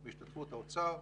בהשתתפות האוצר,